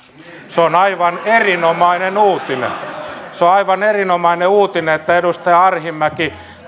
se on aivan erinomainen uutinen se on aivan erinomainen uutinen että edustaja arhinmäki